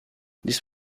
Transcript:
this